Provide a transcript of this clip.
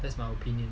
that's my opinion